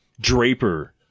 Draper